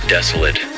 Desolate